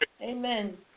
Amen